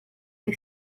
que